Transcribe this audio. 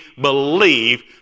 believe